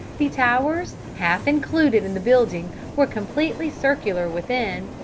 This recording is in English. the towers, half included in the building, were completely circular within,